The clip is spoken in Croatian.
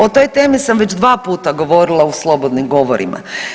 O toj temi sam već dva puta govorila u slobodnim govorima.